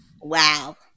Wow